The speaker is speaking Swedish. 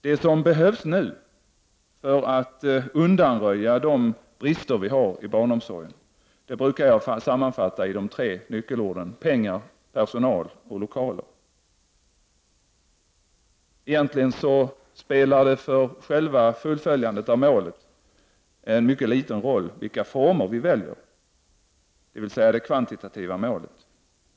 Det som nu behövs för att undanröja de brister vi har i barnomsorgen brukar jag sammanfatta i tre nyckelord, nämligen pengar, personal och lokaler. Egentligen spelar det för uppnåendet av målet mycket liten roll vilka former vi väljer, dvs. det kvantitativa målet.